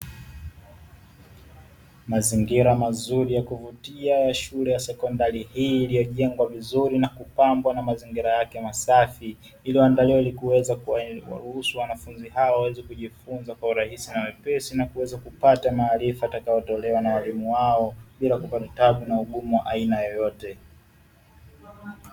Mazingira mazuri ya kuvutia ya shule ya sekondari hii iliyojengwa vizuri na kupambwa na mazingira yake masafi, iliyoandaliwa ili kuweza kuwaruhusu wanafunzi hao waweze kujifunza kwa urahisi na wepesi na kuweza kupata maarifa yatakayotolewa na walimu wao bila kupata tabu na ugumu wa aina yeyote.